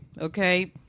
Okay